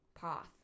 Path